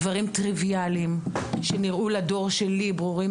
דברים טריוויאליים שנראו לדור שלי ברורים